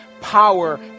power